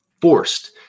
forced